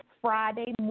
Friday